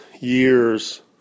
years